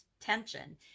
tension